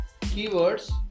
keywords